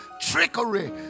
trickery